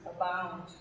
abound